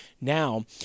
now